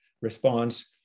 response